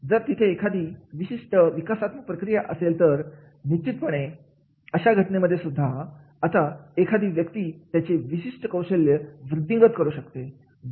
जर तिथे एखादी विशिष्ट विकासात्मक प्रक्रिया असेल तर िश्चितपणे अशा घटनेमध्ये सुद्धा आता एखादी व्यक्ती त्याचे विशिष्ट कौशल्य वृद्धिंगत करू शकते